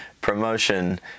Promotion